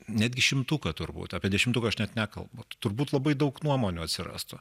netgi šimtuką turbūt apie dešimtuką aš net nekalbu turbūt labai daug nuomonių atsirastų